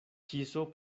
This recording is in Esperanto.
kiso